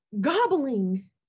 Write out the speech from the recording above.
gobbling